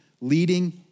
leading